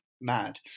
mad